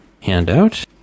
Handout